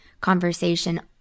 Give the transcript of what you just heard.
conversation